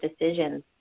decisions